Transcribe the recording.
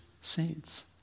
saints